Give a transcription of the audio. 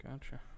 Gotcha